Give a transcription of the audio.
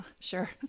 sure